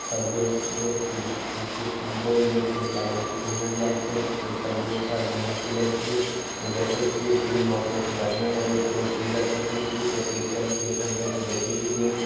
सब दोस्त दोस्तके बोलि दै छियै कि आइ घूमै लऽ जाइके छै तऽ सब दोस्त साथ घूमै लऽ चलि जाइत छियै ओ देखैत छियै फिलिम बहुत बढ़िआँ लगैत छै तऽ ओकर टिकट कटबैत छियै तब फिर जाइत छियै तब बैठके देखैत छियै फिलिम